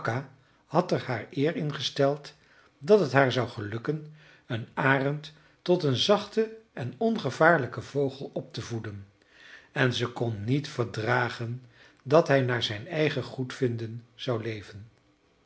had er haar eer in gesteld dat het haar zou gelukken een arend tot een zachten en ongevaarlijken vogel op te voeden en ze kon niet verdragen dat hij naar zijn eigen goedvinden zou leven